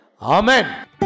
Amen